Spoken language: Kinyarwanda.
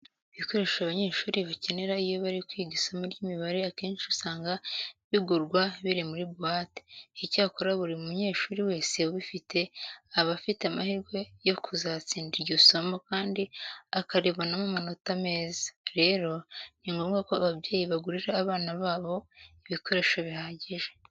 Ibikoresho abanyeshuri bakenera iyo bari kwiga isomo ry'imibare akenshi usanga bigurwa biri muri buwate. Icyakora buri munyeshuri wese ubifite aba afite amahirwe yo kuzatsinda iryo somo kandi akaribonamo amanota meza. Rero ni ngombwa ko ababyeyi bagurira abana babo ibikoresho bihagije.